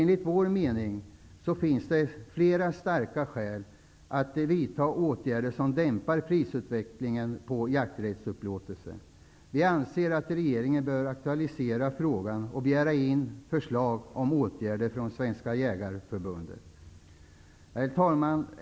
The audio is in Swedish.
Enligt vår mening finns det nu flera starka skäl att vidta åtgärder som dämpar prisutvecklingen på jakträttsupplåtelser. Vi anser att regeringen bör aktualisera frågan och begära in förslag om åtgärder från Svenska jägareförbundet. Herr talman!